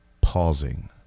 pausing